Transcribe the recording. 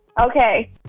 Okay